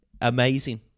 amazing